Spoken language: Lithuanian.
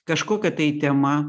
kažkokia tai tema